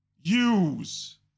use